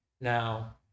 now